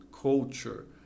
Culture